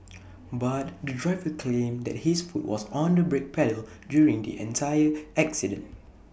but the driver claimed that his foot was on the brake pedal during the entire accident